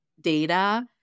data